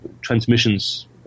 transmissions